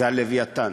זה הלווייתן.